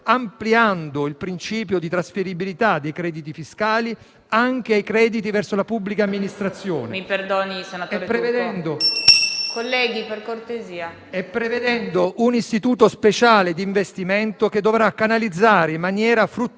ampliando il principio di trasferibilità dei crediti fiscali anche ai crediti verso la pubblica amministrazione e prevedendo un istituto speciale di investimento che dovrà canalizzare in maniera fruttifera